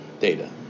Data